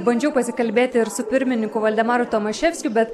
bandžiau pasikalbėti ir su pirmininku valdemaru tomaševskiu bet